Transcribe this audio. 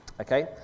okay